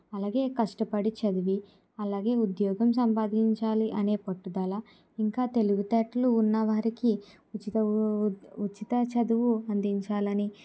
అలాగే కష్టపడి చదివి అలాగే ఉద్యోగం సంపాదించాలి అనే పట్టుదల ఇంకా తెలివితేటలు ఉన్నవారికి ఉచిత ఉచిత చదువు అందించాలని